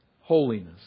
Holiness